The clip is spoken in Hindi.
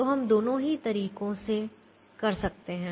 तो हम दोनों ही तरीकों से कर सकते हैं